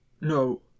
No